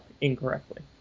incorrectly